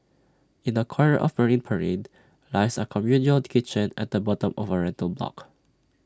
in A corner of marine parade lies A communal kitchen at the bottom of A rental block